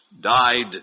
died